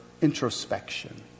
introspection